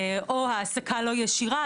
או העסקה לא ישירה,